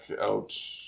out